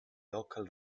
local